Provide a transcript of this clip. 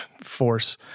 force